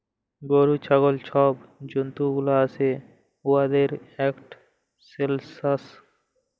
গরু, ছাগল ছব জল্তুগুলা আসে উয়াদের ইকট সেলসাস